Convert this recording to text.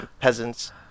peasants